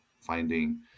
finding